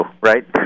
right